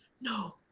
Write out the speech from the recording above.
no